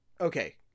okay